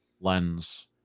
lens